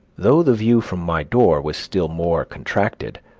though the view from my door was still more contracted,